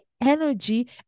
energy